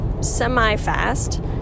semi-fast